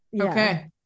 Okay